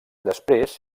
després